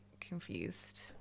confused